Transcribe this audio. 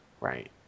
right